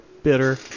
bitter